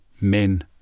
Men